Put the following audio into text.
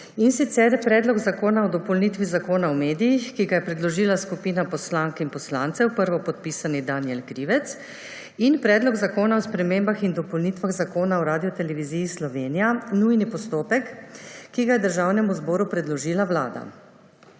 in sicer Predlog zakona o dopolnitvi Zakona o medijih, ki ga je predložila skupina poslank in poslancev s prvopodpisanim Danijelom Krivcem in Predlog zakona o spremembah in dopolnitvah zakona o Radioteleviziji Slovenija, nujni postopek, ki ga je Državnemu zboru predložila Vlada.